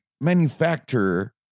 manufacturer